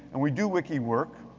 and we do wiki work